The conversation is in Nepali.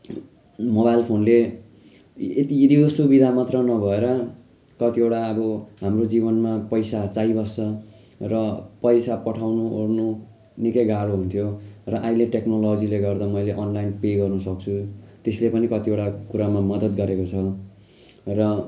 मोबाइल फोनले यति यो सुविधा मात्र नभएर कतिवटा अब हाम्रो जीवनमा पैसा चाहिबस्छ र पैसा पठाउनु ओर्नु निकै गाह्रो हुन्थ्यो र अहिले टेक्नोलोजीले गर्दा मैले अनलाइन पे गर्न सक्छु त्यसले पनि कतिवटा कुरामा मदत गरेको छ र